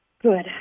Good